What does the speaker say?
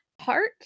heart